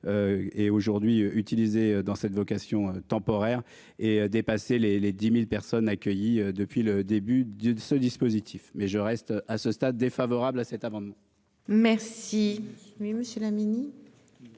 Et aujourd'hui utilisé dans cette vocation temporaire et dépasser les les 10.000 personnes accueillies depuis le début de de ce dispositif. Mais je reste à ce stade défavorable à cet amendement. Merci.